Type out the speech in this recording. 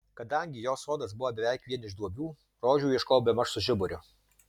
kadangi jos sodas buvo beveik vien iš duobių rožių ieškojau bemaž su žiburiu